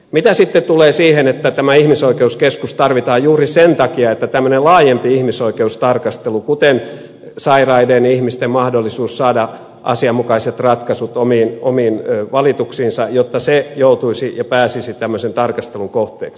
mitä sitten tulee siihen että tämä ihmisoi keuskeskus tarvitaan juuri sen takia että tämmöinen laajempi ihmisoikeustarkastelu kuten sairaiden ihmisten mahdollisuus saada asianmukaiset ratkaisut omiin valituksiinsa joutuisi ja pääsisi tämmöisen tarkastelun kohteeksi